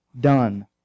done